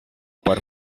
por